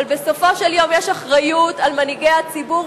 אבל בסופו של יום יש אחריות למנהיגי הציבור,